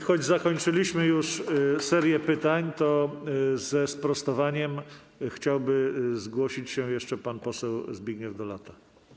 Choć zakończyliśmy już serię pytań, to ze sprostowaniem chciałby zgłosić się jeszcze pan poseł Zbigniew Dolata.